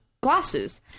glasses